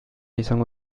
izango